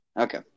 Okay